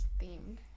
themed